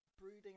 Brooding